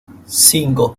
cinco